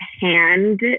hand